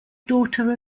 daughter